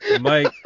Mike